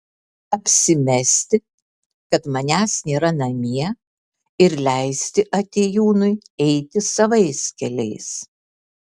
apsimesti kad manęs nėra namie ir leisti atėjūnui eiti savais keliais